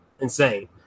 insane